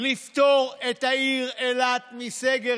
לפטור את העיר אילת מסגר.